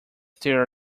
their